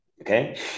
Okay